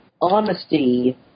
honesty